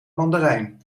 mandarijn